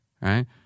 right